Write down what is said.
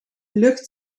lucht